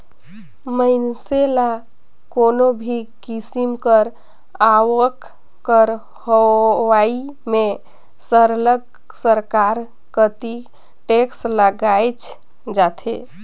मइनसे ल कोनो भी किसिम कर आवक कर होवई में सरलग सरकार कती टेक्स लगाएच जाथे